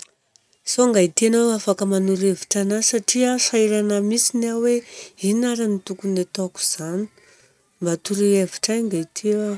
Sao angaity anao afaka manoro hevitra anahy satria sahirana mintsiny iaho hoe inona ary ny tokony hataoko izany, mba atoroy hevitra agny angaity a.